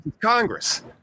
Congress